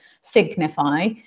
signify